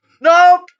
Nope